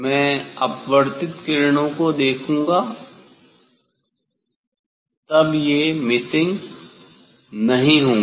मैं अपवर्तित किरणों को देखूंगा तब ये मिसिंग नहीं होंगी